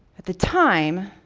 at the time,